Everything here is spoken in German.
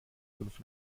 fünf